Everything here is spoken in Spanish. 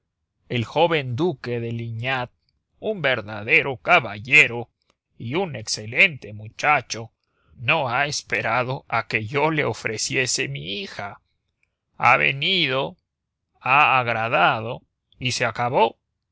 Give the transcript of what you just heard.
el joven duque de lignant un verdadero caballero y un excelente muchacho no ha esperado a que yo le ofreciese mi hija ha venido ha agradado y se acabó